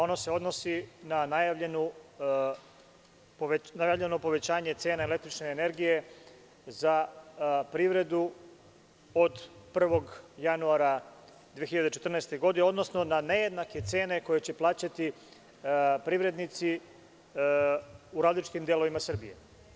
Ono se odnosi na najavljeno povećanje cena električne energije za privredu od 1. januara 2014. godine, odnosno na nejednake cene, koje će plaćati privrednici u različitim delovima Srbije.